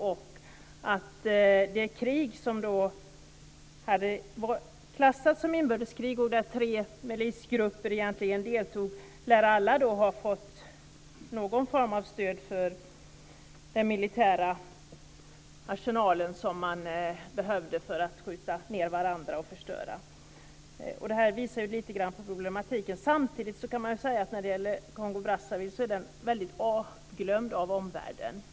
Och i det krig som hade klassats som inbördeskrig lär alla tre milisgrupper som deltog ha fått någon form av stöd till den militära arsenal de behövde för att skjuta ned varandra och förstöra. Det visar på något av problematiken. Samtidigt kan man säga att konflikten i Kongo Brazzaville är glömd av omvärlden.